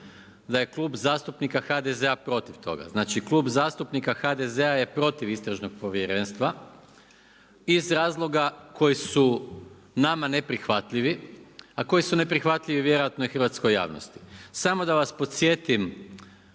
da je Klub zastupnika HDZ-a protiv toga. Znači Klub zastupnika HDZ-a je protiv istražnog povjerenstva iz razloga koji su nama neprihvatljivi, a koji su neprihvatljivi vjerojatno i hrvatskoj javnosti. Samo da vas podsjetim